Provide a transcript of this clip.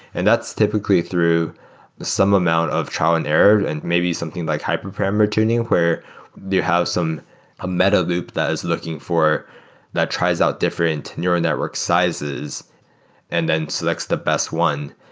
and that's typically through some amount of trial and error and maybe something like hyperparameter tuning, where you have some meta loop that is looking for that tries out different neural network sizes and then selects the best one.